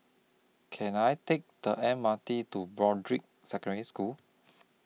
Can I Take The M R T to Broadrick Secondary School